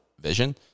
vision